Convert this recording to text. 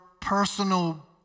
personal